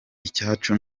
icyacu